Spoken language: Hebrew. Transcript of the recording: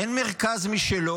אין מרכז משלו,